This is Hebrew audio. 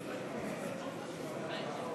תלוו